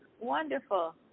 Wonderful